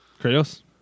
Kratos